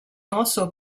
also